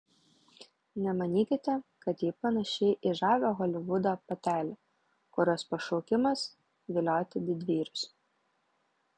nemanykite kad ji panaši į žavią holivudo patelę kurios pašaukimas vilioti didvyrius